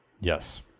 Yes